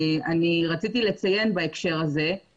אנחנו מדברים גם על תשתיות בתחום של רווחה,